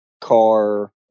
car